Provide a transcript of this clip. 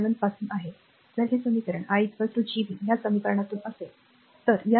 7 पासून आहे जर हे समीकरण i Gv या समीकरणातून असेल तर बरोबर